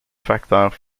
facteurs